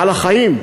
על החיים.